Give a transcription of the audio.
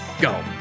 Go